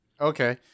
Okay